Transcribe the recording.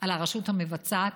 על הרשות המבצעת,